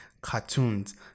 cartoons